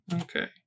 Okay